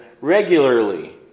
regularly